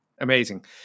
Amazing